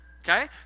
Okay